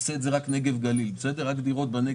תעשה את זה רק על דירות בנגב-גליל,